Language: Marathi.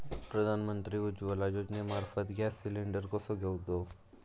प्रधानमंत्री उज्वला योजनेमार्फत गॅस सिलिंडर कसो घेऊचो?